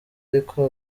ariko